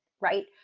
right